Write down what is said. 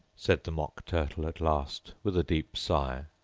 said the mock turtle at last, with a deep sigh,